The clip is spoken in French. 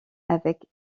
avec